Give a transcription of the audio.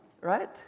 right